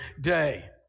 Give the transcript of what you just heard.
day